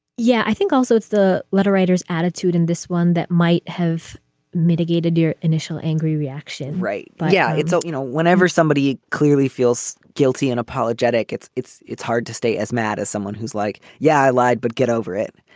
yeah, i think also it's the letter writers attitude in this one that might have mitigated your initial angry reaction right. but yeah. it's ok. so you know, whenever somebody clearly feels guilty and apologetic, it's it's it's hard to stay as mad as someone who's like, yeah, i lied, but get over it